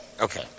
Okay